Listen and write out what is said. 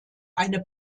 eine